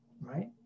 right